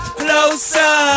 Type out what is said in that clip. closer